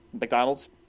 McDonald's